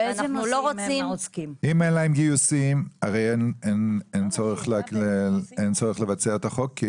אם אין להם גיוסים, הרי אין צורך לבצע את החוק.